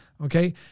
okay